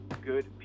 good